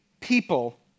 people